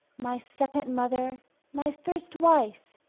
my second mother, my first wife,